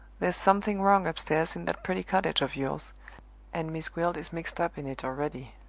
there's something wrong upstairs in that pretty cottage of yours and miss gwilt is mixed up in it already!